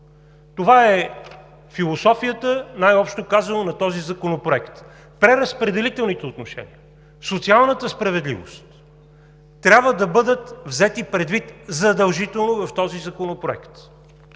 това е философията, най-общо казано, на този законопроект. Преразпределителните отношения, социалната справедливост трябва да бъдат взети предвид задължително в този законопроект.